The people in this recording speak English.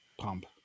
pump